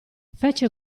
fece